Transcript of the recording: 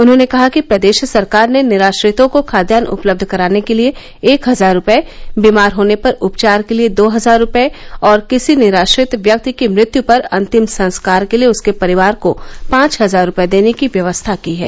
उन्होंने कहा कि प्रदेश सरकार ने निराश्रितों को खाद्यान्न उपलब्ध कराने के लिए एक हजार रूपए बीमार होने पर उपचार के लिए दो हजार रूपए और किसी निराश्रित व्यक्ति की मृत्यू पर अंतिम संस्कार के लिए उसके परिवार को पांच हजार रूपये देने की व्यवस्था की है